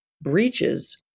breaches